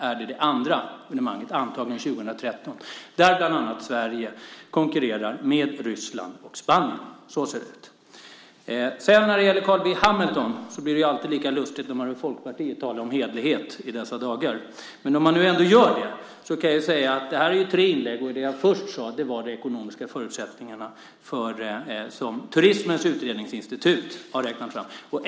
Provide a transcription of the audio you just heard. Vid det andra arrangemanget, antagligen 2013, konkurrerar bland annat Sverige med Ryssland och Spanien. Så ser det ut. Till Carl B Hamilton vill jag säga att det alltid blir lika lustigt när man hör Folkpartiet tala om hederlighet i dessa dagar. Det här är ju tre inlägg. Det första jag sade var de ekonomiska förutsättningar som Turismens Utredningsinstitut har räknat fram.